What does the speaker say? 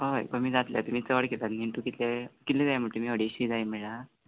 हय कमी जात्ले तुमी चड घेतात न्हय इंटू कितके कितले जाय म्हणलें तुमी अडेश्शी जाय म्हळां